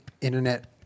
internet